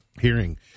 hearing